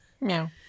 Meow